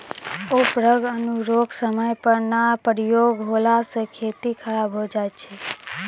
उर्वरक अनुप्रयोग समय पर नाय प्रयोग होला से खेती खराब हो जाय छै